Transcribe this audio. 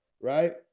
Right